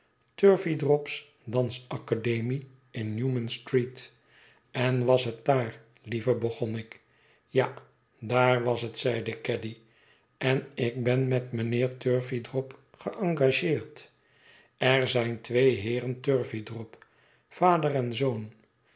turveydrop's dansacademie in newman street en was het daar lieve begon ik ja daar was het zeide caddy en ik ben met mijnheer turveydrop geëngageerd er zijn twee heeren turveydrop vader en zoon